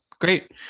great